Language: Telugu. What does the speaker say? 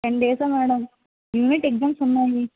టెన్ డేసా మేడం యూనిట్ ఎగ్జామ్స్ ఉన్నాయి